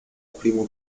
primo